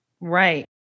Right